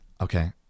okay